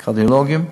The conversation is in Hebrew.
הקרדיולוגים,